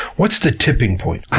what's the tipping point? ah,